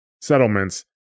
settlements